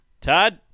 Todd